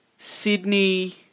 Sydney